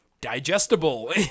digestible